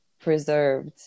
preserved